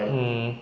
mm